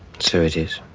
so it is.